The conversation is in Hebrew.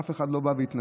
ואף אחד לא בא והתנצל,